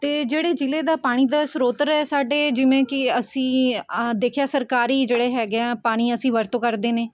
ਅਤੇ ਜਿਹੜੇ ਜ਼ਿਲ੍ਹੇ ਦਾ ਪਾਣੀ ਦਾ ਸਰੋਤਰ ਹੈ ਸਾਡੇ ਜਿਵੇਂ ਕਿ ਅਸੀਂ ਦੇਖਿਆ ਸਰਕਾਰੀ ਜਿਹੜੇ ਹੈਗੇ ਆ ਪਾਣੀ ਅਸੀਂ ਵਰਤੋਂ ਕਰਦੇ ਨੇ